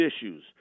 issues